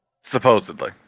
Supposedly